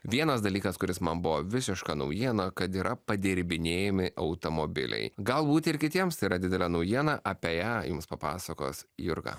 vienas dalykas kuris man buvo visiška naujiena kad yra padirbinėjami automobiliai galbūt ir kitiems tai yra didelė naujiena apie ją jums papasakos jurga